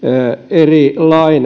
eri